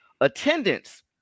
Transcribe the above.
Attendance